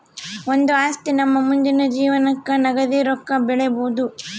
ಒಂದು ಆಸ್ತಿ ನಮ್ಮ ಮುಂದಿನ ಜೀವನಕ್ಕ ನಗದಿ ರೊಕ್ಕ ಬೆಳಿಬೊದು